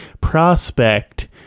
prospect